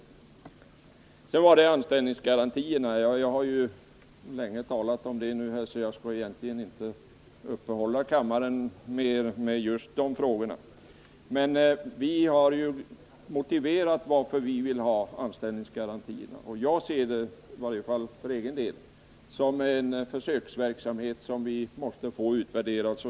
Jag har talat en hel del om anställningsgarantierna, så jag skall egentligen Nr 164 inte uppehålla kammaren mer med de frågorna. Vi har ju motiverat varför vi vill ha dessa. För egen del ser jag det som en försöksverksamhet som vi så småningom måste få utvärderad.